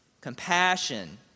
Compassion